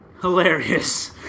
Hilarious